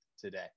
today